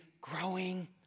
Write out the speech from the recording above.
growing